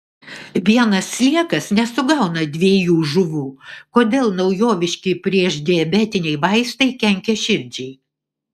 vienas sliekas nesugauna dviejų žuvų kodėl naujoviški priešdiabetiniai vaistai kenkia širdžiai